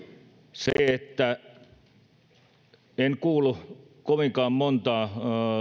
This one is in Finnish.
se että en kuullut kovinkaan montaa